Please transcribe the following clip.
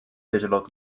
digital